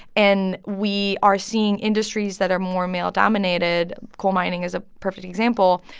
and we are seeing industries that are more male-dominated coal mining is a perfect example.